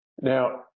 Now